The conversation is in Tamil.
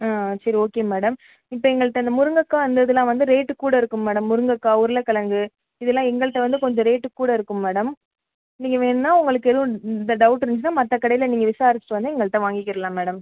ஆ சரி ஓகே மேடம் இப்போ எங்கள்கிட்ட இந்த முருங்கக்காய் இந்த இதெலாம் வந்து ரேட்டு கூட இருக்கு மேடம் முருங்கக்காய் உருளைக்கெழங்கு இதெலாம் எங்கள்கிட்ட வந்து கொஞ்சம் ரேட்டு கூட இருக்கும் மேடம் நீங்கள் வேண்ணா உங்களுக்கு எதுவும் இந்த டவுட் இருந்துச்சுன்னா மற்ற கடையில் நீங்கள் விசாரிச்சிவிட்டு வந்து எங்கள்கிட்ட வாங்கிக்கிரலாம் மேடம்